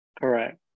Correct